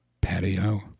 patio